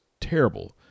terrible